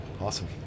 Awesome